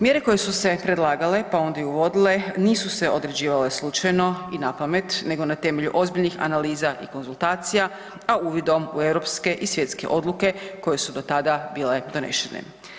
Mjere koje su se predlagale, pa onda i uvodile nisu se određivale slučajno i napamet nego na temelju ozbiljnih analiza i konzultacija, a u uvidom u europske i svjetske odluke koje su do tada bile donešene.